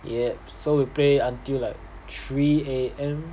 yeah so we play until like three A_M